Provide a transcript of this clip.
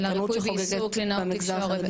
של הריפוי בעיסוק, קלינאות תקשורת.